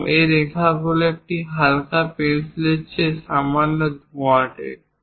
এবং এই রেখাগুলি একটি হালকা পেন্সিলের চেয়ে সামান্য ধোঁয়াটে